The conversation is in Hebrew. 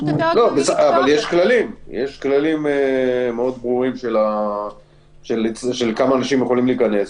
יש כללים מאוד ברורים לכמה אנשים יכולים להיכנס.